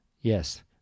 Yes